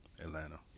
atlanta